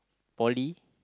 poly